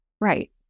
right